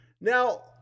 Now